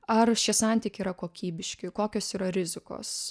ar šie santykiai yra kokybiški kokios yra rizikos